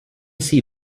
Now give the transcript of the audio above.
see